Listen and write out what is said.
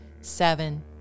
seven